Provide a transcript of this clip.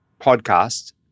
podcast